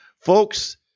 Folks